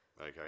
okay